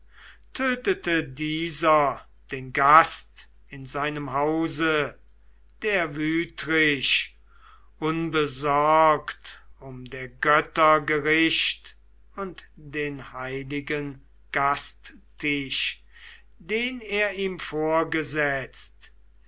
tötete dieser den gast in seinem hause der wütrich unbesorgt um der götter gericht und den heiligen gasttisch den er ihm vorgesetzt